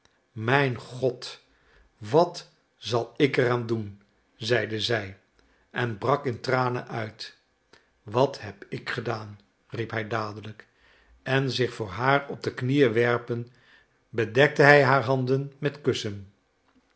mijn god wat zal ik er aan doen zeide zij en brak in tranen uit wat heb ik gedaan riep hij dadelijk en zich voor haar op de knieën werpend bedekte hij haar handen met kussen